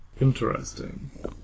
interesting